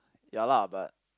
ya lah but